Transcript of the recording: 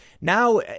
Now